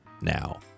now